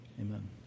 Amen